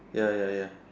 ya ya ya